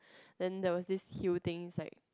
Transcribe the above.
then there was this huge things like